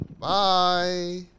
Bye